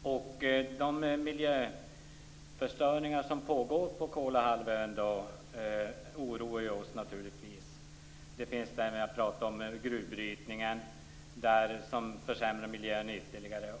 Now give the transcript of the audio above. svar. De miljöförstöringar som pågår på Kolahalvön oroar oss naturligtvis. Jag tänker då på gruvbrytningen som försämrar miljön ytterligare.